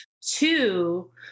two